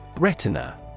Retina